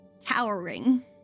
towering